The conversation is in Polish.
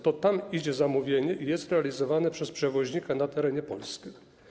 To tam idzie zamówienie i jest realizowane przez przewoźnika na terenie Polski.